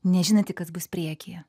nežinanti kas bus priekyje